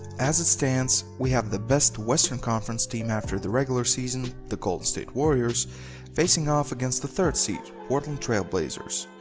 as it stands we have the best western conference team after the regular season, the golden state warriors facing off against the third seed portland trail blazers.